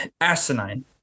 asinine